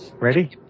Ready